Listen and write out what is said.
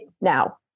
now